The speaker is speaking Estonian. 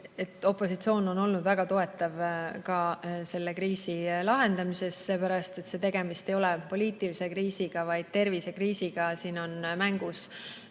opositsioon on olnud väga toetav selle kriisi lahendamisel. Tegemist ei ole poliitilise kriisiga, vaid tervisekriisiga. Siin on mängus